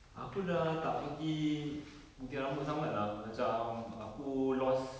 aku dah tak pergi gunting rambut sangat lah macam aku lost